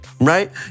right